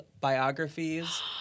biographies